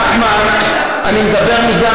נחמן, אני מדבר מדם